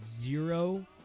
zero